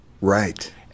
Right